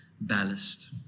ballast